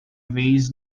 vez